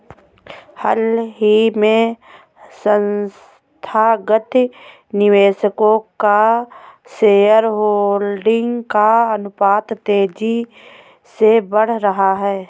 हाल ही में संस्थागत निवेशकों का शेयरहोल्डिंग का अनुपात तेज़ी से बढ़ रहा है